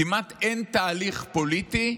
כמעט אין תהליך פוליטי,